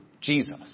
Jesus